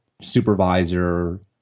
supervisor